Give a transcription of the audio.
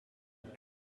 that